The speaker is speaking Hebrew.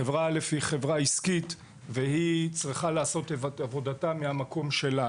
חברה א' היא חברה עסקית והיא צריכה לעשות את עבודתה מהמקום שלה.